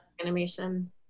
animation